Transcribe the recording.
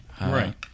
Right